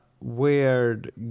weird